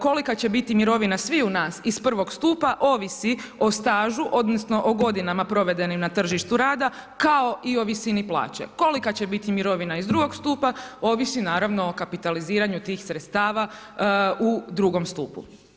Kolika će biti mirovina sviju nas iz prvog stupa ovisi o stažu odnosno o godinama provedenim na tržištu rada kao i o visini plaće, kolika će biti mirovina iz drugog stupa ovisi naravno o kapitaliziranju tih sredstava u drugom stupu.